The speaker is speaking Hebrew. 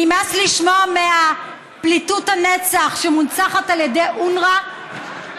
נמאס לשמוע מפליטוּת הנצח שמונצחת על ידי אונר"א,